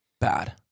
bad